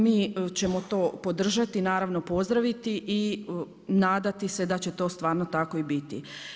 Mi ćemo to podržati i naravno pozdraviti i nadati se da će to stvarno tako i biti.